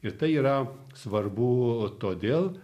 ir tai yra svarbu todėl